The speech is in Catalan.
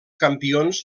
campions